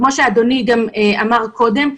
כמו שאדוני גם אמר קודם,